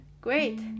Great